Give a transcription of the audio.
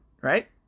right